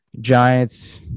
Giants